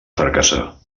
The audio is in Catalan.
fracassar